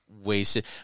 wasted